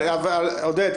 עודד,